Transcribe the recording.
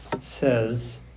says